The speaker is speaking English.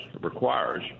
requires